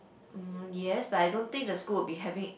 mm yes but I don't think the school will be having